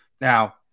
Now